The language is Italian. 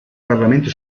parlamento